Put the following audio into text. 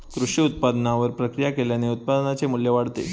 कृषी उत्पादनावर प्रक्रिया केल्याने उत्पादनाचे मू्ल्य वाढते